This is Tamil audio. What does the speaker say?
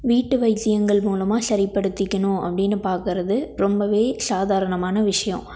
வீட்டு வைத்தியங்கள் மூலமாக சரிப்படுத்திக்கணும் அப்படினு பார்க்குறது ரொம்பவே சாதாரணமான விஷயம்